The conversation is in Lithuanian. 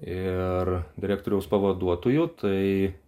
ir direktoriaus pavaduotoju tai